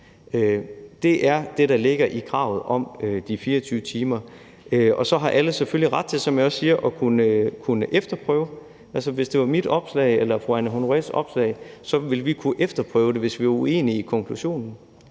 Det er det, der ligger i kravet om de 24 timer. Og så har alle selvfølgelig ret til – som jeg også siger – at kunne efterprøve det. Altså, hvis det var mit opslag eller fru Anne Honoré Østergaards opslag, ville vi kunne efterprøve det, hvis vi var uenige i konklusionen.